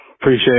Appreciate